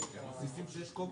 עופר כסיף,